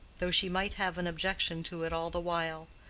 though she might have an objection to it all the while.